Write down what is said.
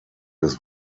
des